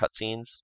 cutscenes